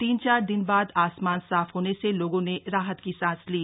तीन चार दिन बाद आसमान साफ होने से लोगों ने राहत की सांस ली